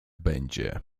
będzie